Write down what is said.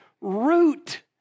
root